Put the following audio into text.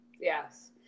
Yes